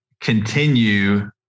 continue